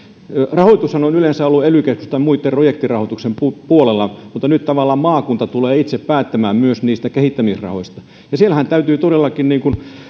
rahoitushan on yleensä ollut ely keskusten muitten projektirahoitusten puolella mutta nyt tavallaan maakunta tulee itse päättämään myös niistä kehittämisrahoista ja siellähän täytyy todellakin niin kuin